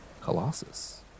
colossus